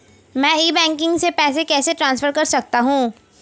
मैं e banking से पैसे कैसे ट्रांसफर कर सकता हूं?